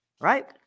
Right